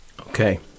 Okay